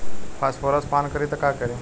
Phosphorus पान करी त का करी?